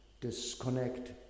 disconnect